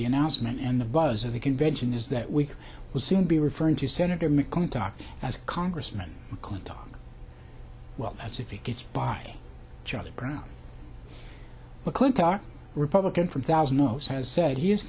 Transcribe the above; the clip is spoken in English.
the announcement and the buzz of the convention is that we will soon be referring to senator mcclintock as congressman clinton well that's if it gets by charlie brown mcclintock republican from thousand oaks has said he